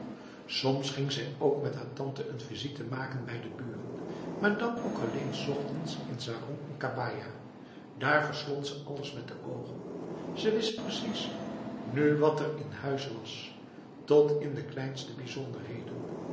soms ging zij ook met haar tante een visite maken bij de buren maar dan ook alleen s ochtends in sarong en kabaja daar verslond ze alles met de ogen ze wist precies nu wat er in huis was tot in de kleinste bijzonderheden